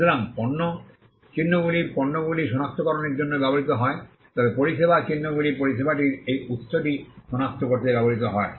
সুতরাং পণ্য চিহ্নগুলি পণ্যগুলি সনাক্তকরণের জন্য ব্যবহৃত হয় তবে পরিষেবা চিহ্নগুলি পরিষেবাটির এই উত্সটি সনাক্ত করতে ব্যবহৃত হয়